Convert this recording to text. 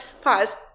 pause